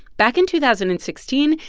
back in two thousand and sixteen,